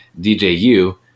DJU